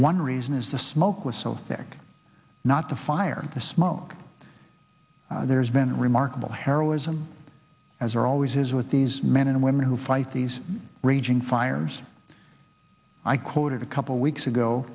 one reason is the smoke was so thick not to fire the smoke there's been remarkable heroism as there always is with these men and women who fight these raging fires i quoted a couple weeks ago